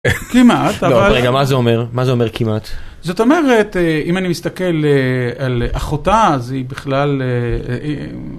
רגע מה זה אומר? מה זה אומר כמעט? זאת אומרת, אם אני מסתכל על אחותה, אז היא בכלל...